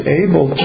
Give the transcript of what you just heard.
able